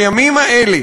בימים האלה